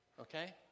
okay